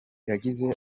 yagize